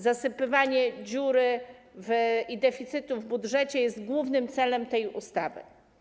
Zasypywanie dziury i deficytu w budżecie jest głównym celem tej ustawy.